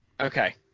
Okay